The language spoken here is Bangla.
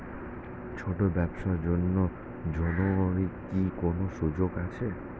ছোট ব্যবসার জন্য ঋণ এর কি কোন সুযোগ আছে?